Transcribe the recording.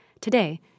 Today